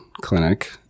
clinic